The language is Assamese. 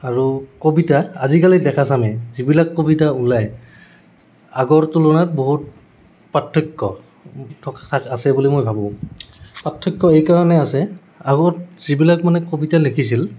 আৰু কবিতা আজিকালি ডেকাচামে যিবিলাক কবিতা ওলায় আগৰ তুলনাত বহুত পাৰ্থক্য থকা আছে বুলি মই ভাবোঁ পাৰ্থক্য এইকাৰণে আছে আগত যিবিলাক মানে কবিতা লিখিছিল